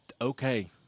okay